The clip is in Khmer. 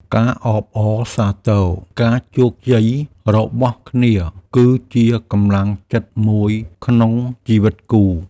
ការអបអរសាទរការជោគជ័យរបស់គ្នាគឺជាកម្លាំងចិត្តមួយក្នុងជីវិតគូ។